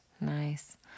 Nice